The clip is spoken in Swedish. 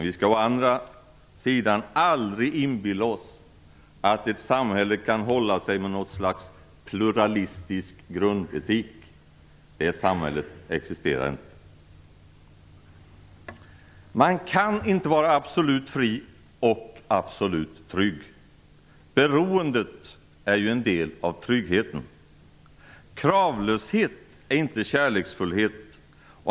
Vi skall däremot aldrig inbilla oss att ett samhälle kan hålla sig med något slags pluralistisk grundetik. Det samhället existerar inte. Man kan inte vara absolut fri och absolut trygg. Beroendet är en del av tryggheten. Kravlöshet är inte kärleksfullhet.